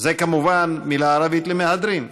זאת כמובן מילה ערבית למהדרין,